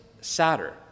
sadder